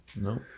No